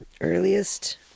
Earliest